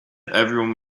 everyone